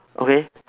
okay